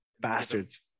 Bastards